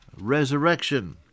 resurrection